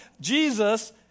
Jesus